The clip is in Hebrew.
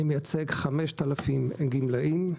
אני מייצג 5,000 גמלאים.